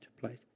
place